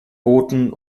booten